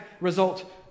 result